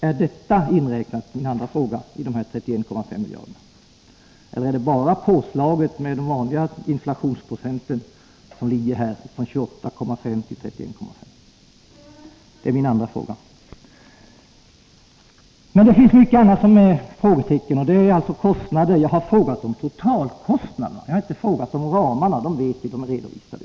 Min andra fråga är: Är dessa 2 miljarder inräknade i de 31,5 miljarderna, eller är det bara påslaget för inflationen som ligger i ökningen från 28,5 till 31,5 miljarder? Det finns emellertid många andra frågetecken. Jag har frågat om totalkostnaderna för projektet, inte om ramarna — de är redovisade.